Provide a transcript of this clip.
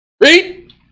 Read